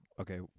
okay